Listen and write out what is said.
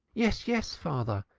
yes, yes, father.